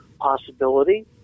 possibility